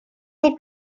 del